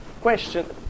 question